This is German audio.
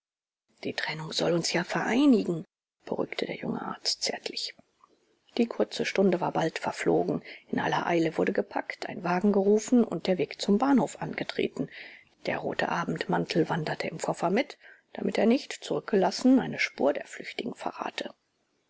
die trennung soll uns ja vereinigen beruhigte der junge arzt zärtlich die kurze stunde war bald verflogen in aller eile wurde gepackt ein wagen gerufen und der weg zum bahnhof angetreten der rote abendmantel wanderte im koffer mit damit er nicht zurückgelassen eine spur der flüchtigen verrate